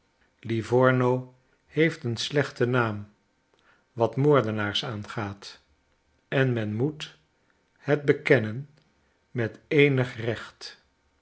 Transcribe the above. livorno heeft een slechten naam wat moordenaars aangaat en men moet het bekennen met eenig recht